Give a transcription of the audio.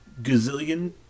gazillion